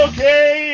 Okay